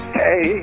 hey